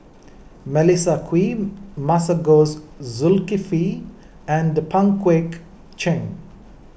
Melissa Kwee Masagos Zulkifli and Pang Guek Cheng